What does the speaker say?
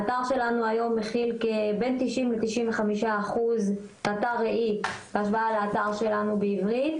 האתר שלנו היום מכיל בין 90% ל-95% אתר ראי בהשוואה לאתר שלנו בעברית.